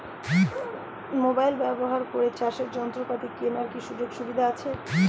Mobile ব্যবহার করে চাষের যন্ত্রপাতি কেনার কি সুযোগ সুবিধা আছে?